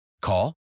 Call